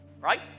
Right